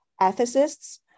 ethicists